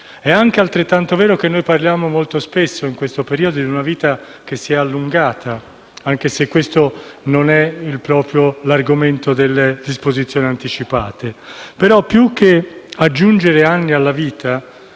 vita. È altrettanto vero che noi parliamo molto spesso, in questo periodo, di una vita che si è allungata, anche se questo non è proprio un argomento attinente alle disposizioni anticipate secondo me, però, più che aggiungere anni alla vita,